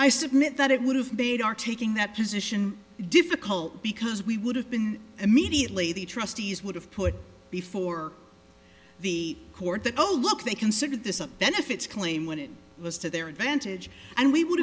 i submit that it would have made our taking that position difficult because we would have been immediately the trustees would have put before the court that oh look they considered this a benefits claim when it was to their advantage and we would